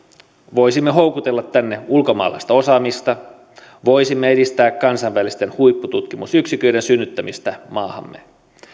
voisimme houkutella tänne ulkomaalaista osaamista voisimme edistää kansainvälisten huippututkimusyksiköiden synnyttämistä maahamme